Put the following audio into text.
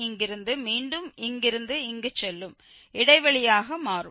இங்கிருந்து மீண்டும் இங்கிருந்து இங்கு செல்லும் இடைவெளியாக மாறும்